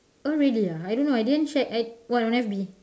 oh really ah I don't know I didn't check I what on F_B